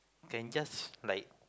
can just like